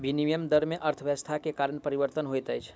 विनिमय दर में अर्थव्यवस्था के कारण परिवर्तन होइत अछि